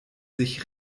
sich